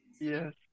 Yes